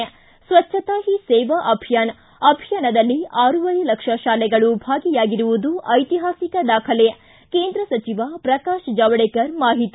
ಿ ಸ್ನಚ್ನತಾ ಹೀ ಸೇವಾ ಅಭಿಯಾನ ಅಭಿಯಾನದಲ್ಲಿ ಆರೂವರೆ ಲಕ್ಷ ಶಾಲೆಗಳು ಭಾಗಿಯಾಗಿರುವುದು ಐತಿಹಾಸಿಕ ದಾಖಲೆ ಕೇಂದ್ರ ಸಚಿವ ಪ್ರಕಾಶ್ ಜಾವಡೇಕರ್ ಮಾಹಿತಿ